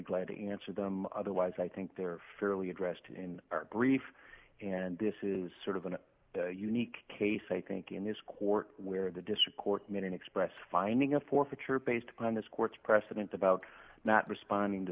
glad to answer them otherwise i think they're fairly addressed in our brief and this is sort of an unique case i think in this court where the district court made an express finding a forfeiture based on this court's precedent about not responding to